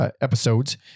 Episodes